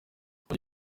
ujye